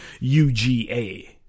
UGA